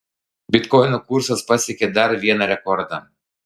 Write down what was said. bitkoino kursas pasiekė dar vieną rekordą